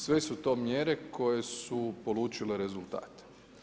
Sve su to mjere, koje su polučile rezultate.